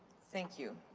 thank you.